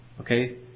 Okay